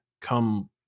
come